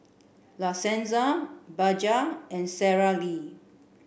La Senza Bajaj and Sara Lee